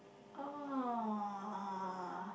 oh